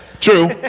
True